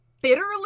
bitterly